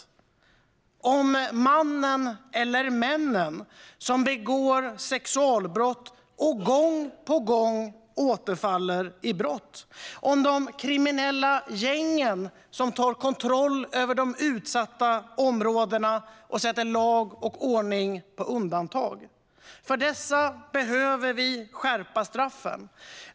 Det handlar om mannen eller männen som begår sexualbrott och gång på gång återfaller i brott. Det handlar om de kriminella gängen som tar kontroll över de utsatta områdena och sätter lag och ordning på undantag. För dessa behöver vi skärpa straffen.